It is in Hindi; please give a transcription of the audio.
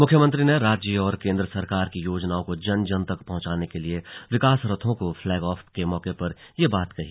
मुख्यमंत्री ने राज्य और केन्द्र सरकार की योजनाओं को जन जन तक पहुंचाने के लिए विकास रथों को फ्लैग ऑफ के मौके पर हुए ये बात कही